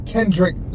Kendrick